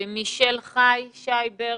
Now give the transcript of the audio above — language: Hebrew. מישל חי פרידמן,